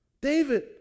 David